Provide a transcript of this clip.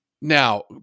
Now